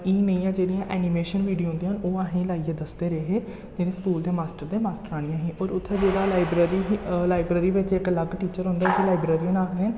इ'यै नेहियां जेह्ड़ियां ऐनिमेशन वीडियो होंदियां ओह् असें गी लाइयै दसदे रेह् हे जेह्ड़े स्कूल दे मास्टर ते मास्टरानियां हियां होर उत्थै जेह्ड़ा लाइब्रेरी ही लाइब्रेरी बिच्च इक अलग टीचर होंदा ऐ जिस्सी लाइब्रेरियन आखदे न